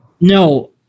No